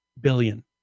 Billion